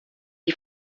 die